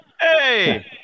Hey